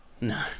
No